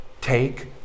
Take